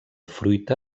fruita